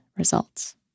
results